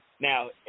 Now